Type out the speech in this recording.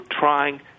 trying